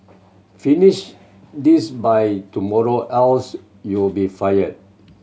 finish this by tomorrow else you'll be fired